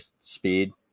speed